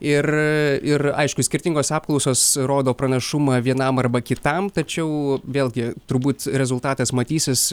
ir aišku skirtingos apklausos rodo pranašumą vienam arba kitam tačiau vėlgi turbūt rezultatas matysis